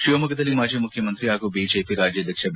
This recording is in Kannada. ಶಿವಮೊಗ್ಗದಲ್ಲಿ ಮಾಜಿ ಮುಖ್ಯಮಂತ್ರಿ ಹಾಗೂ ಬಿಜೆಪಿ ರಾಜ್ಯಾಧ್ವಕ್ಷ ಬಿ